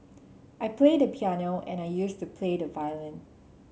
I play the piano and I used to play the violin